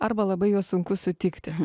arba labai juos sunku sutikti